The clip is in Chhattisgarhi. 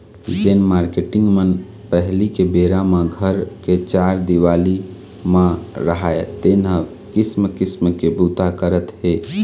जेन मारकेटिंग मन पहिली के बेरा म घर के चार देवाली म राहय तेन ह किसम किसम के बूता करत हे